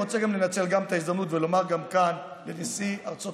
רוצה גם לנצל את ההזדמנות ולומר גם כאן לנשיא ארצות